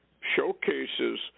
showcases